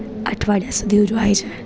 અઠવાડિયા સુધી ઉજવાય છે